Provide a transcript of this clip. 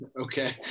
Okay